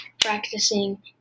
practicing